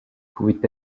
pouvait